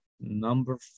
number